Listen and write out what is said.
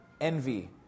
envy